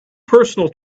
personal